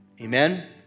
Amen